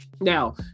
Now